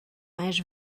mais